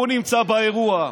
הוא נמצא באירוע,